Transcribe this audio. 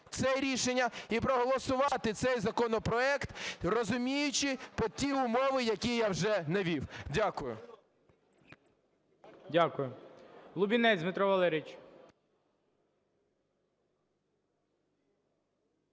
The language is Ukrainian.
це рішення і проголосувати цей законопроект, розуміючи про ті умови, які я вже навів. Дякую.